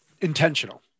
intentional